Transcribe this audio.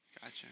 Gotcha